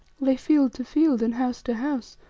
lay field to field and house to house,